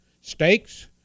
Steaks